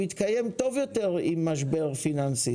הוא יתקיים טוב יותר עם משבר פיננסי